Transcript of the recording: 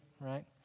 right